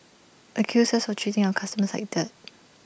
accused us for treating our customers like dirt